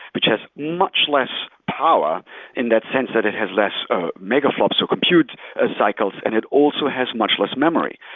which has much less power in that sense that is has less ah megaflops or compute ah cycles and it also has much less memory.